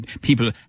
people